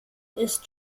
ist